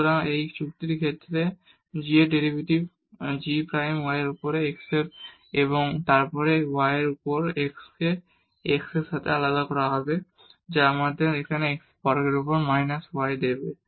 সুতরাং এর যুক্তির সাথে g এর ডেরিভেটিভ g প্রাইম y এর উপর x এবং তারপর এখানে y এর উপর x কে x এর সাথে আলাদা করা হবে যা আমাদের এখানে x বর্গের উপর মাইনাস y দেবে